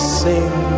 sing